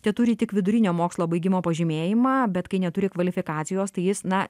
teturi tik vidurinio mokslo baigimo pažymėjimą bet kai neturi kvalifikacijos tai jis na